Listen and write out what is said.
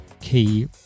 key